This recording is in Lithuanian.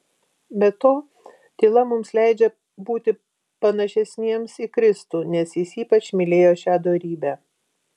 be to tyla mums leidžia būti panašesniems į kristų nes jis ypač mylėjo šią dorybę